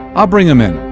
i'll bring him in.